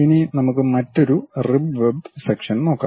ഇനി നമുക്ക് മറ്റൊരു റിബ് വെബ് സെക്ഷന് നോക്കാം